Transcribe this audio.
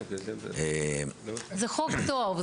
זה חוק טוב.